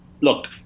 Look